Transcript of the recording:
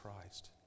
Christ